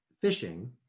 fishing